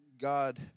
god